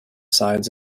sides